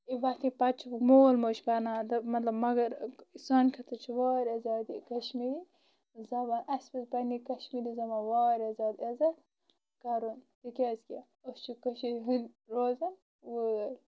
یہِ وتھِ پتہٕ چھُ مول موج کران مطلب مگر سانہِ خٲطرٕ چھُ واریاہ زیادٕ یہِ کشمیٖری زبان اسہِ پزِ پنٕنۍ کشمیٖری زبان واریاہ زیادٕ عزتھ کرُن تِکیازِ کہِ أسۍ چھِ کشیرِ ہنٛدۍ روزن وٲلۍ